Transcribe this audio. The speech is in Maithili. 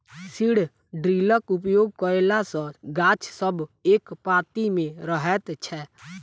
सीड ड्रिलक उपयोग कयला सॅ गाछ सब एक पाँती मे रहैत छै